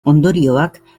ondorioak